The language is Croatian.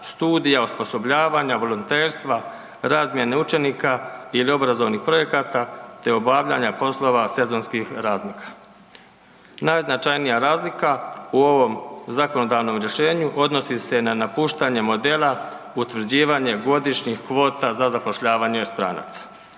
studija, osposobljavanja, volonterstva, razmjene učenika ili obrazovnih projekata, te obavljanja poslova sezonskih radnika. Najznačajnija razlika u ovom zakonodavnom rješenju odnosi se na napuštanje modela utvrđivanje godišnjih kvota za zapošljavanje stranaca.